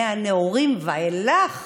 מהנעורים ואילך